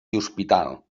hospital